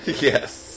Yes